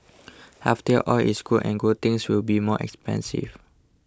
healthier oil is good and good things will be more expensive